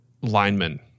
linemen